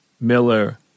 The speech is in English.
Miller